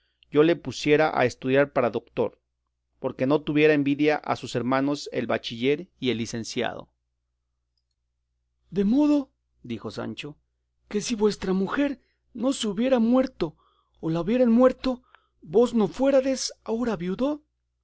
yo le pusiere a estudiar para doctor porque no tuviera invidia a sus hermanos el bachiller y el licenciado de modo dijo sancho que si vuestra mujer no se hubiera muerto o la hubieran muerto vos no fuérades agora viudo